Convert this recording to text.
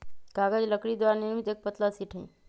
कागज लकड़ी द्वारा निर्मित एक पतला शीट हई